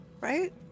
Right